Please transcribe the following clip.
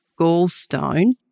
gallstone